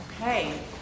Okay